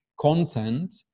content